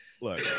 Look